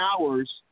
hours